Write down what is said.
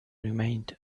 remained